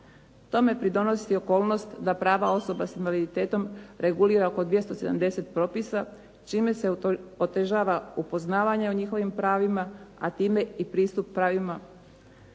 Tome pridonosi okolnost da prava osoba sa invaliditetom regulira oko 270 propisa čime se otežava upoznavanje o njihovim pravima, a time i pristup pravima.